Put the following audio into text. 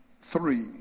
Three